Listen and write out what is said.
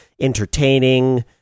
entertaining